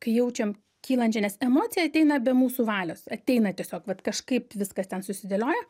kai jaučiam kylančią nes emocija ateina be mūsų valios ateina tiesiog vat kažkaip viskas ten susidėlioja